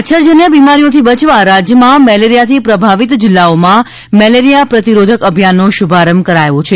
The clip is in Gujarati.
મચ્છરજન્ય બિમારીઓથી બચવા રાજ્યમાં મેલેરિયાથી પ્રભાવિત જિલ્લાઓમાં મેલેરિયા પ્રતિરોધક અભિયાનનો શુભારંભ કરાયો છે